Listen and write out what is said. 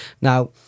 Now